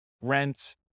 rent